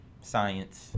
science